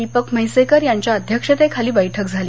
दीपक म्हैसेकर यांच्या अध्यक्षतेखाली बैठक झाली